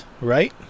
right